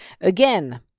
Again